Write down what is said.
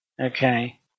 Okay